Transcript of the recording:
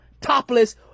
Topless